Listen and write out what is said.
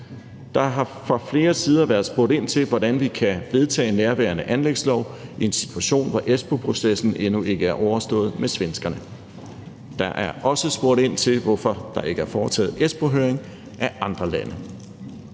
Der har fra flere sider været spurgt ind til, hvordan vi kan vedtage nærværende anlægslov i en situation, hvor Espooprocessen endnu ikke er overstået med svenskerne. Der har også været spurgt ind til, hvorfor der ikke er foretaget Espoohøring af andre lande.